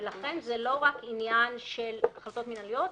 ולכן זה לא רק עניין של החלטות מנהליות,